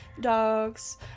Dogs